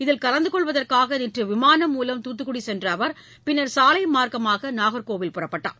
இதில் கலந்து கொள்வதற்காக நேற்று விமானம் மூலம் தூத்துக்குடி சென்ற அவர் பின்னர் சாலை மார்க்கமாக நாகர்கோவில் புறப்பட்டார்